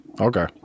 Okay